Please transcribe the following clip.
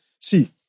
see